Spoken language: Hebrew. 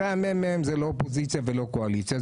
הרי המ.מ.מ זה לא אופוזיציה ולא קואליציה,